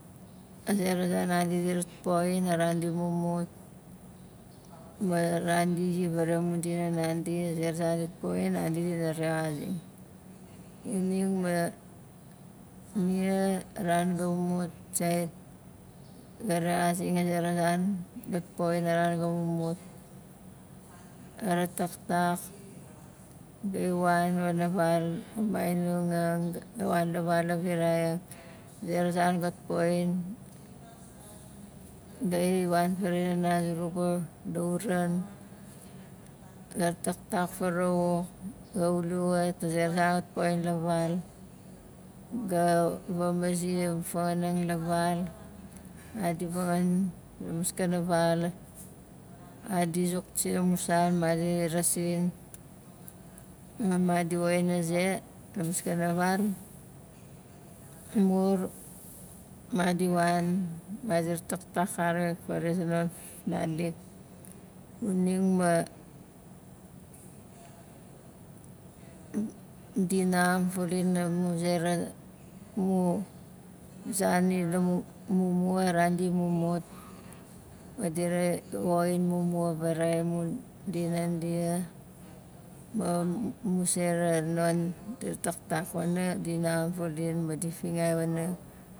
A zera zan nandi dit poxin a ran di mumut ma ran di zi vaaraxai amu dina nandi a zera zan dit poxin nandi dina rexazing xuning ma nia a ran da mumut sait ga rexazing a zera zan gat poxin a ran ga mumut ga rataktak, gai wan wana val mainongang, ga wan la val a viraiang a zera zan gat poxin gai wan faraxain nana zurugu lauran, gat taktak farauwak ga wuli wat a zera zan gat poxin la val ga vamazi amu fangaanang la val madi vangaan la maskana val, madi sukpzin a mu san, madi rasin ma madi woxin a ze la maskana val mur madi wan madi rataktak karik farai zonon fufnalik xuning ma di naxam fauling amu zera mu- san ila- mumua ran di mumut madi re- woxin mumua varaxai mun dinan dia ma mu sera non di rataktak wana di naxam fauling ma di fingai wana